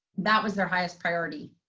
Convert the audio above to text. that was their highest priority.